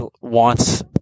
wants